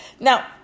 Now